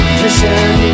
vision